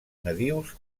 nadius